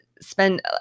spend